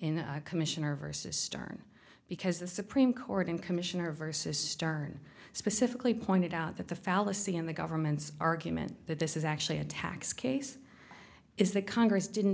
in commissioner versus stern because the supreme court in commissioner versus stern specifically pointed out that the fallacy in the government's argument that this is actually a tax case is that congress didn't